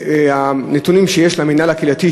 בנתונים שיש למינהל הקהילתי,